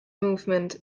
movement